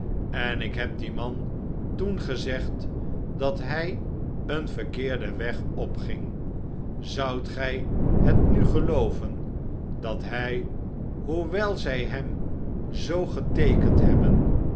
en ik heb dien man toen gezegd dat hij een verkeerden weg opging zoudt gij het nu gelooven dat hij hoewel zij hem zoo geteekend hebben